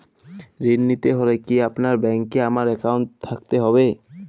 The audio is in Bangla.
ঋণ নিতে হলে কি আপনার ব্যাংক এ আমার অ্যাকাউন্ট থাকতে হবে?